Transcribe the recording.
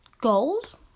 goals